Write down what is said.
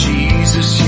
Jesus